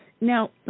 Now